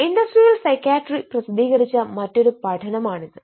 industrial psychiatry പ്രസിദ്ധീകരിച്ച മറ്റൊരു പഠനമാണിത്